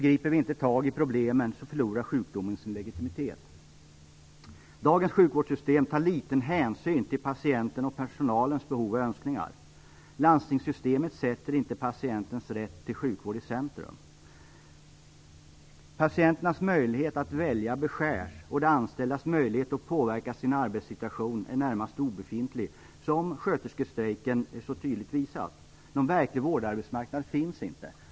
Griper vi inte tag i problemen förlorar sjukvården sin legitimitet. Dagens sjukvårdssystem tar liten hänsyn till patienten och personalens behov och önskningar. Landstingssystemet sätter inte patientens rätt till sjukvård i centrum. Patienternas möjlighet att välja beskärs, och de anställdas möjlighet att påverka sin arbetssituation är närmast obefintlig, som sköterskestrejken så tydligt visat. Någon verklig vårdarbetsmarknad finns inte.